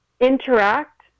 interact